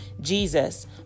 Jesus